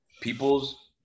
people's